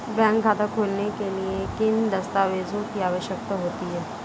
Bank खाता खोलने के लिए किन दस्तावेज़ों की आवश्यकता होती है?